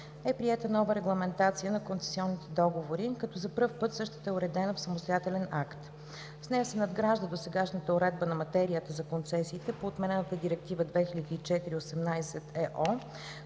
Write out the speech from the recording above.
е приета нова регламентация на концесионните договори, като за пръв път същата е уредена в самостоятелен акт. С нея се „надгражда“ досегашната уредба на материята за концесиите по отменената Директива 2004/18/ЕО,